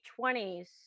20s